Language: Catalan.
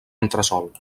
entresòl